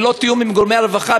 ללא תיאום עם גורמי הרווחה,